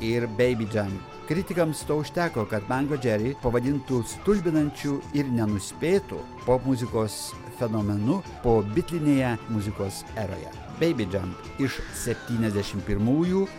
ir beibi džan kritikams to užteko kad mango džeri pavadintų stulbinančiu ir nenuspėtu popmuzikos fenomenu po bikinyje muzikos eroje beibi džan iš septyniasdešim pirmųjų